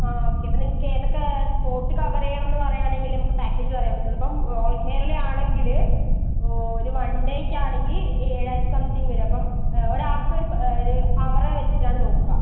ആ ഓക്കെ അപ്പം നിങ്ങക്കേതൊക്കെ സ്പോട്ട് കവറ് ചെയ്യണമെന്ന് പറയാണെങ്കിൽ നമുക്ക് പാക്കേജ് പറയാൻ പറ്റുള്ളു ഇപ്പം ഓൾ കേരള ആണെങ്ങിൽ ഒരു വൺ ഡേക്കാണെങ്കിൽ ഏഴായിരത്തി സംതിങ്ങ് വരും അപ്പം ഒരാക്കൊരു ഒരു ഹവറ് വെച്ചിട്ടാണ് നോക്കാ